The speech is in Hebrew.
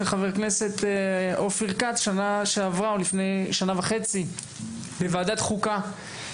של חבר הכנסת אופיר כץ שנה שעברה או לפני שנה וחצי מוועדת חוקה.